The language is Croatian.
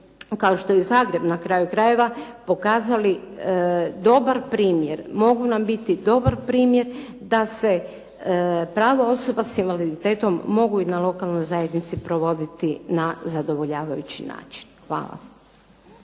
kao što je Zagreb na kraju krajeva, pokazali dobar primjer. Mogu nam biti dobar primjer da se prava osoba s invaliditetom mogu i na lokalnoj zajednici provoditi na zadovoljavajući način. Hvala.